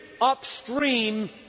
upstream